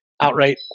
outright